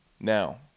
Now